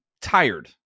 tired